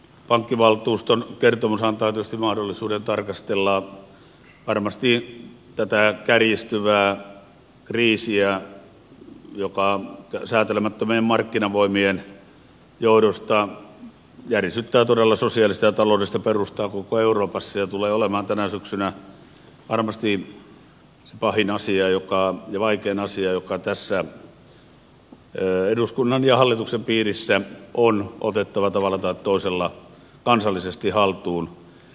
pankkivaltuuston kertomus antaa tietysti mahdollisuuden tarkastella varmasti tätä kärjistyvää kriisiä joka säätelemättömien markkinavoimien johdosta järisyttää todella sosiaalista ja taloudellista perustaa koko euroopassa ja tulee olemaan tänä syksynä varmasti se pahin ja vaikein asia joka tässä eduskunnan ja hallituksen piirissä on otettava tavalla tai toisella kansallisesti haltuun